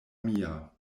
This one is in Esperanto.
mia